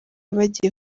bagiye